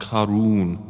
Karun